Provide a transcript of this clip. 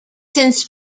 since